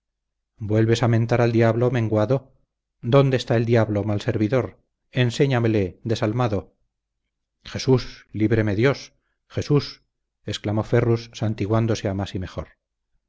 vuelves a mentar al diablo menguado dónde está el diablo mal servidor enséñamele desalmado jesús líbreme dios jesús exclamó ferrus santiguándose a más y mejor